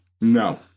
No